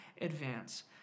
advance